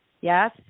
Yes